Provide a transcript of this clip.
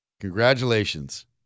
Congratulations